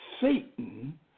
Satan